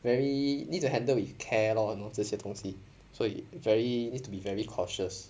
very need to handle with care lor you know 这些东西所以 very need to be very cautious